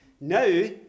Now